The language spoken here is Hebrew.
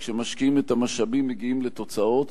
וכשמשקיעים את המשאבים מגיעים לתוצאות.